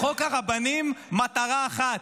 לחוק הרבנים מטרה אחת,